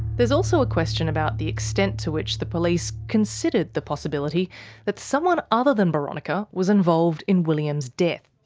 there is also a question about the extent to which the police considered the possibility that someone other than boronika was involved in william's death.